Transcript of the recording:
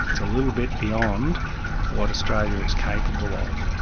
it's a little bit beyond what australia is capable of.